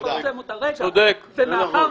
צודק.